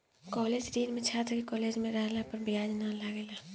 college ऋण में छात्र के कॉलेज में रहला पर ब्याज ना लागेला